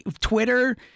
Twitter